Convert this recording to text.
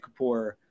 Kapoor